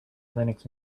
linux